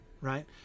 Right